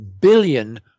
billion